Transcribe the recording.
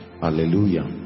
Hallelujah